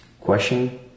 question